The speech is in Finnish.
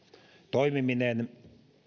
toimiminen